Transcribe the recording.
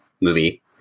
movie